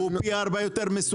הוא פי ארבעה יותר מסוכן,